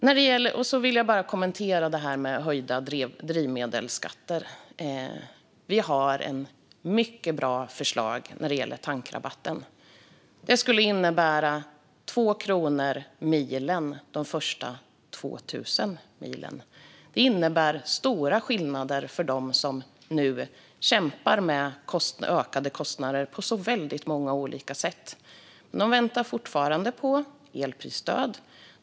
Låt mig också kommentera detta med höjda drivmedelsskatter. Vi har ett mycket bra förslag om tankrabatt. Det skulle innebära 2 kronor per mil under de första 2 000 milen. Det innebär stora skillnader för dem som nu kämpar med ökade kostnader på så många olika sätt. De väntar fortfarande på elprisstöd.